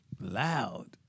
loud